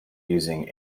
using